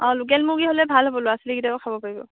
অ' local মুৰ্গী হ'লে ভাল হ'ব ল'ৰা ছোৱালী কেইটাইও খাব পাৰিব